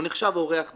הוא נחשב אורח באולם.